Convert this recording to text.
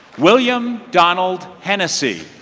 william donald hennessy.